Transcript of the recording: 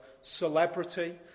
celebrity